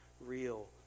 real